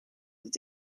het